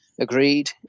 agreed